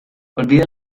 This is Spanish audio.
olvide